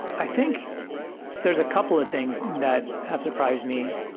i think there's a couple of things that have surprised me.